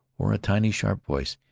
or a tiny, sharp voice,